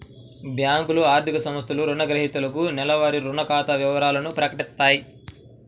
బ్యేంకులు, ఆర్థిక సంస్థలు రుణగ్రహీతలకు నెలవారీ రుణ ఖాతా వివరాలను ప్రకటిత్తాయి